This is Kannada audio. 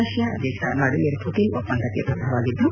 ರಷ್ಯಾ ಅಧ್ಯಕ್ಷ ವ್ಲಾಡಿಮಿರ್ ಪುಟನ್ ಒಪ್ಪಂದಕ್ಕೆ ಬದ್ಧವಾಗಿದ್ದು